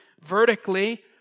vertically